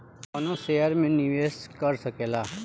कवनो शेयर मे निवेश कर सकेल